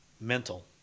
mental